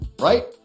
right